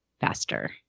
faster